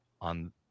on